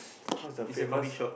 what's the famous